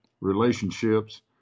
relationships